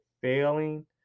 failing